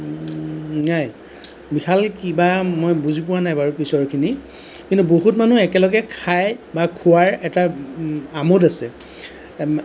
নাই বিশাল কিবা মই বুজি পোৱা নাই বাৰু পিছৰখিনি কিন্তু বহুত মানুহ একেলগে খাই বা খোৱাৰ এটা আমোদ আছে এই মা